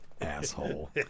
Asshole